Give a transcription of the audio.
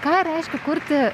ką reiškia kurti